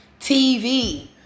TV